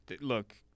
Look—